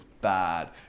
bad